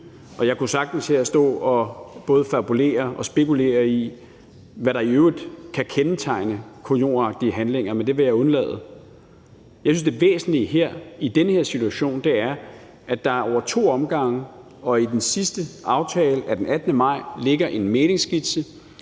Jeg kunne sagtens stå her og både fabulere og spekulere i, hvad der i øvrigt kan kendetegne kujonagtige handlinger, men det vil jeg undlade. Jeg synes, det væsentlige her i den her situation er, at der over to omgange og i den sidste aftale af den 18. maj ligger en mæglingsskitse,